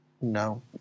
No